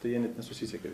tai jie net nesusisiekia